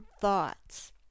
thoughts